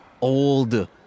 Old